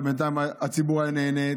ובינתיים הציבור היה נהנה,